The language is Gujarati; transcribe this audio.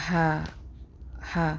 હા હા